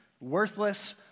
worthless